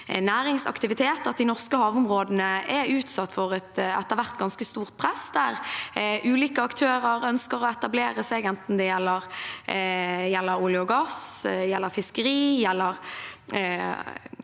næringsaktivitet, at de norske havområdene er utsatt for et ganske stort press, der ulike aktører ønsker å etablere seg, enten det gjelder olje og gass, fiskeri